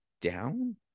down